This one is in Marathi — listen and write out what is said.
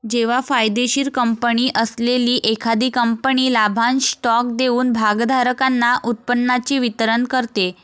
जेव्हा फायदेशीर कंपनी असलेली एखादी कंपनी लाभांश स्टॉक देऊन भागधारकांना उत्पन्नाचे वितरण करते